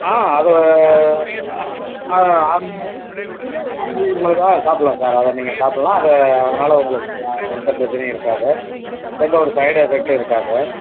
ஆ அது ஆ சாப்பிடுலாம் சார் அதை நீங்கள் சாப்பிடுலாம் அது அதனால் உங்களுக்கு எந்த பிரச்னையும் இருக்காது எந்த ஒரு சைடு எஃபெக்ட்டும் இருக்காது